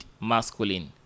masculine